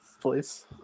please